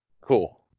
Cool